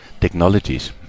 technologies